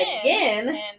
again